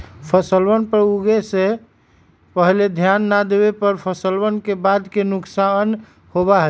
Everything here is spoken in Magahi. फसलवन पर उगे से पहले ध्यान ना देवे पर फसलवन के बाद के नुकसान होबा हई